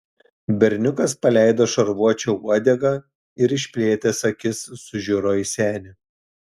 berniukas paleido šarvuočio uodegą ir išplėtęs akis sužiuro į senį